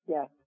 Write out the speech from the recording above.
Yes